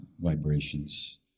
vibrations